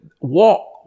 walk